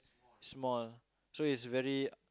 small so it's very